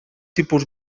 tipus